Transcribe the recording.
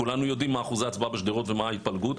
כולנו יודעים מה אחוזי ההצבעה בשדרות ומה ההתפלגות,